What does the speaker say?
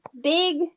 big